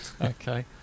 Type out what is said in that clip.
Okay